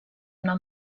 una